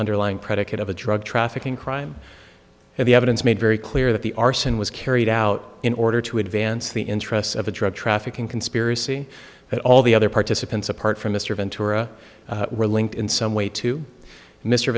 underlying predicate of a drug trafficking crime and the evidence made very clear that the arson was carried out in order to advance the interests of a drug trafficking conspiracy that all the other participants apart from mr ventura were linked in some way to mr